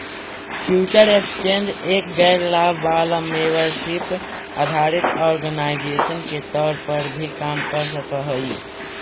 future exchange एक गैर लाभ वाला मेंबरशिप आधारित ऑर्गेनाइजेशन के तौर पर भी काम कर सकऽ हइ